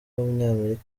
w’umunyamerika